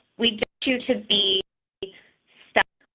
we do to be stopped,